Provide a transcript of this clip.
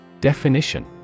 Definition